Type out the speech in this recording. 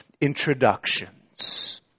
introductions